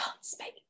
speak